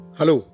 Hello